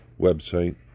website